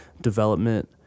development